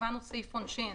קבענו סעיף עונשין.